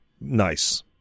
nice